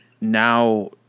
now